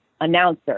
announcer